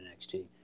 NXT